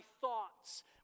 thoughts